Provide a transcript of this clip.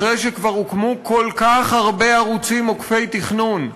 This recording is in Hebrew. אחרי שכבר הוקמו כל כך הרבה ערוצים עוקפי תכנון.